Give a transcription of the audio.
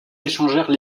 échangèrent